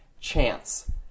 Chance